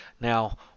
Now